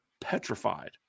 petrified